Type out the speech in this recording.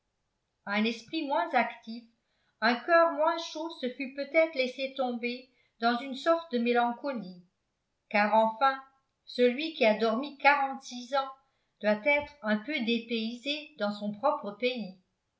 un esprit moins actif un coeur moins chaud se fût peut-être laissé tomber dans une sorte de mélancolie car enfin celui qui a dormi quarante-six ans doit être un peu dépaysé dans son propre pays